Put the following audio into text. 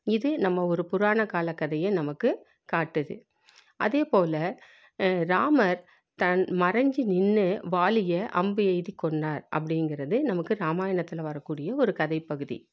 இது நம்ம ஒரு புராண காலக்கதையை நமக்கு காட்டுது அதேபோல் ராமர் தன் மறஞ்சி நின்று வாலியை அம்பு எய்தி கொன்றார் அப்படிங்குறது நமக்கு ராமாயணத்தில் வரக்கூடிய ஒரு கதை பகுதி